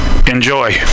Enjoy